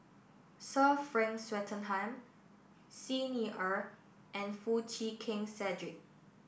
Sir Frank Swettenham Xi Ni Er and Foo Chee Keng Cedric